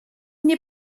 nie